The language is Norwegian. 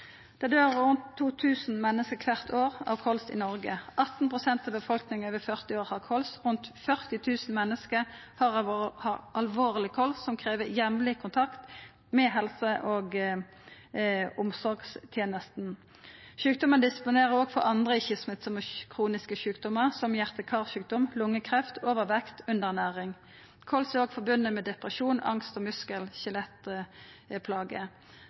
Det døyr rundt 2 000 menneske kvart år av kols i Noreg. 18 pst. av befolkninga over 40 år har kols. Rundt 40 000 menneske har alvorleg kols som krev jamleg kontakt med helse- og omsorgstenesta. Sjukdomen disponerer òg for andre ikkje-smittsame kroniske sjukdomar, som hjarte-/karsjukdom, lungekreft, overvekt og underernæring. Kols er òg forbunden med depresjon, angst og